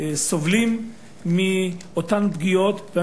שסובלים מאותן פגיעות כמעט לילה-לילה,